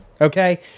okay